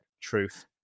truth